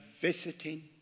visiting